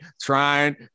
trying